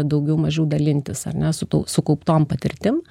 daugiau mažiau dalintis ar ne sutau sukauptom patirtim